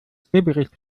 schneebericht